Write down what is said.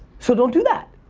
so don't do that.